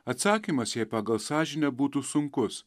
atsakymas jei pagal sąžinę būtų sunkus